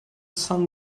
sun